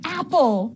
apple